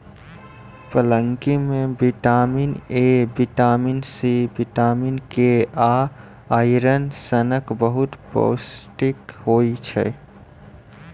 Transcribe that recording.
पलांकी मे vitamin A, vitamin C, vitamin K आ आइरन सनक बहुत पौष्टिक होइ छै